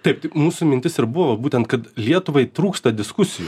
taip mūsų mintis ir buvo būtent kad lietuvai trūksta diskusijų